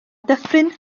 dyffryn